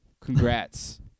Congrats